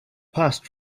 passed